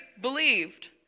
believed